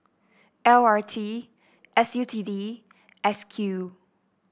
L R T S U T D S Q